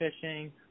fishing